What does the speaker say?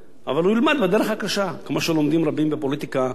כמו שלומדים רבים בפוליטיקה כשהם מתחילים את הפוליטיקה.